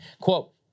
Quote